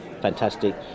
fantastic